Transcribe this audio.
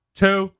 two